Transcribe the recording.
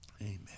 Amen